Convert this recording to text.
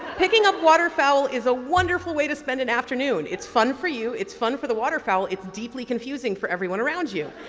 picking up waterfowl is a wonderful way to spend an afternoon. it's fun for you, it's fun for the waterfowl. it's deeply confusing for everyone around you,